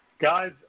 Guys